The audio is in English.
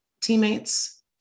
teammates